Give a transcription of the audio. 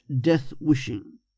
death-wishing